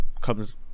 comes